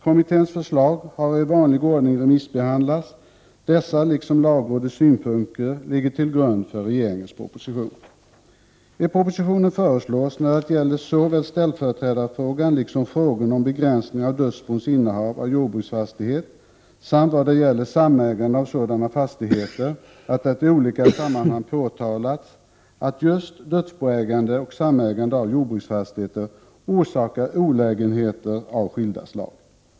Kommitténs förslag har i vanlig ordning remissbehandlats. Dessa liksom lagrådets synpunkter ligger till grund för regeringens proposition. I propositionen framhålls, när det gäller såväl ställföreträdarfrågan som frågan om begränsning av dödsbons innehav av jordbruksfastighet och frågan om samägandet av sådana fastigheter, att det i olika sammanhang påtalats att just dödsboägande och samägande av jordbruksfastighet orsakar olägenheter av skilda slag.